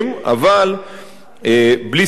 אבל בלי ספק,